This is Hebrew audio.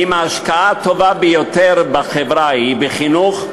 ואם ההשקעה הטובה ביותר בחברה היא בחינוך,